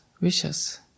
wishes